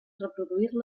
reproduir